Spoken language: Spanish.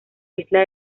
isla